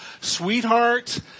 sweetheart